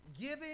Giving